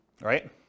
right